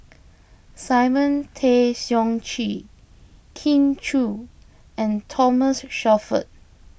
Simon Tay Seong Chee Kin Chui and Thomas Shelford